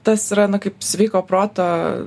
tas yra na kaip sveiko proto